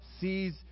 sees